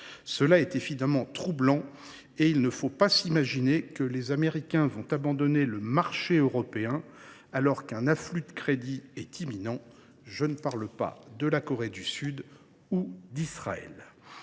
C’est évidemment troublant, et il ne faut pas s’imaginer que les Américains vont abandonner le marché européen, alors qu’un afflux de crédits est imminent. Et je ne parle pas de la Corée du Sud d’Israël.